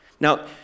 Now